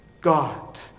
God